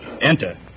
Enter